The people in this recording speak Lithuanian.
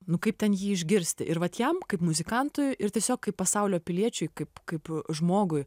nu kaip ten jį išgirsti ir vat jam kaip muzikantui ir tiesiog kaip pasaulio piliečiui kaip kaip žmogui